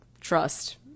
trust